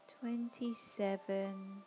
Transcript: twenty-seven